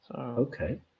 Okay